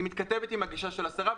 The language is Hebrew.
היא מתכתבת עם הגישה של השרה,